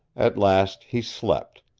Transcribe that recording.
at last he slept,